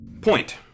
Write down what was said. Point